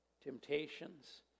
Temptations